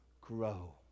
grow